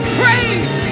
praise